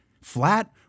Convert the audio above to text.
flat